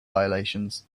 violations